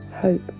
hope